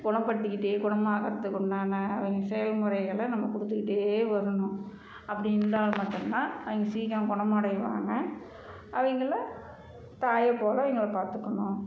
குணப்படுத்திக்கிட்டே குணமாகிறத்துக்கு உண்டான அவங்க செயல் முறைகளை நம்ம கொடுத்துக்கிட்டே வரணும் அப்படி இருந்தால் மட்டுந்தான் அவங்க சீக்கிரம் குணம் அடைவாங்க அவங்கள தாயப்போல அவங்கள பார்த்துக்கணும்